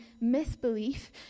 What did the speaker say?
misbelief